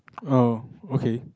oh okay